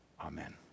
Amen